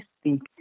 speak